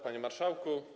Panie Marszałku!